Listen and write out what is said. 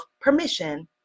permission